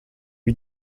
eut